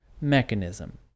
mechanism